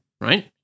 right